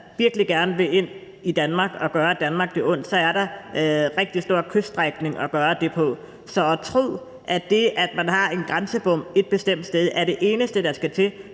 virkelig gerne vil ind i Danmark og gøre Danmark ondt, er der en rigtig lang kyststrækning at gøre det på. Så hvis man tror, at det, at man har en grænsebom et bestemt sted, er det eneste, der skal til